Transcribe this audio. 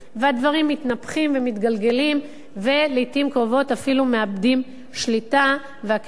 והדברים מתנפחים ומתגלגלים ולעתים קרובות אפילו מאבדים שליטה והקשר,